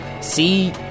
see